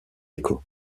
écho